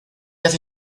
hace